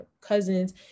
cousins